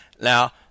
Now